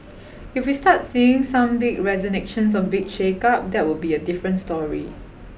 if we start seeing some big resignations or big shake up that would be a different story